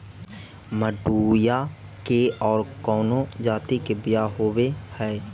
मडूया के और कौनो जाति के बियाह होव हैं?